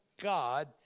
God